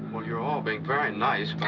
you're all being very nice.